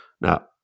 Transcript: Now